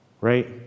right